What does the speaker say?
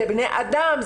זה בני אדם,